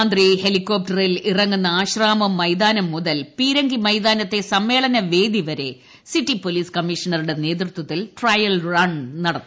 മന്ത്രി ഹെലികോപ്റ്റർ ഇറങ്ങുന്ന ആശ്രാമംമൈതാനം മുതൽ പീരങ്കിമൈതാനത്തെ സമ്മേളനവേദിവരെ സിറ്റി പോലീസ് കമ്മീഷണറുടെ നേതൃത്വത്തിൽ ട്രയൽ റൺ നടത്തി